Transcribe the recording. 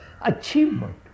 achievement